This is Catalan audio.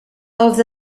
els